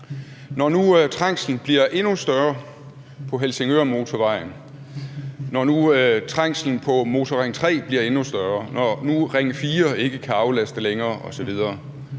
Når nu trængslen bliver endnu større på Helsingørmotorvejen, når nu trængslen på Motorring 3 bliver endnu større, og når nu Ring 4 ikke kan aflaste længere osv.,